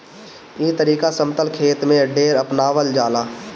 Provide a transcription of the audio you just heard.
ई तरीका समतल खेत में ढेर अपनावल जाला